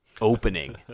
opening